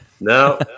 No